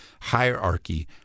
hierarchy